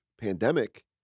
pandemic